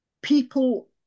people